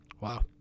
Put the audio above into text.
Wow